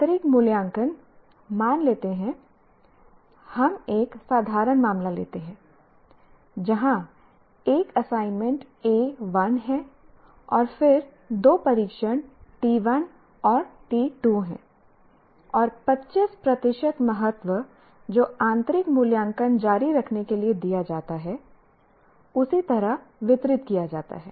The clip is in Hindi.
आंतरिक मूल्यांकन मान लेते हैं हम एक साधारण मामला लेते हैं जहां एक असाइनमेंट A1 है और फिर दो परीक्षण T 1 और T 2 हैं और 25 प्रतिशत महत्व जो आंतरिक मूल्यांकन जारी रखने के लिए दिया जाता है उसी तरह वितरित किया जाता है